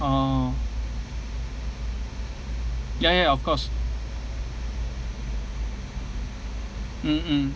oh ya ya of course mmhmm